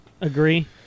Agree